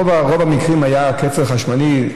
ברוב המקרים היה קצר חשמלי.